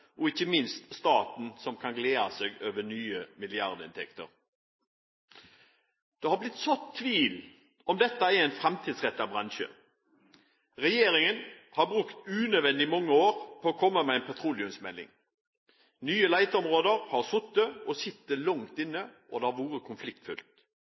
og ikke minst staten kan glede seg over nye milliardinntekter. Det har blitt sådd tvil om hvorvidt dette er en framtidsrettet bransje. Regjeringen har brukt unødvendig mange år på å komme med en petroleumsmelding. Nye leteområder har sittet – og sitter – langt